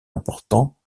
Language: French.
importants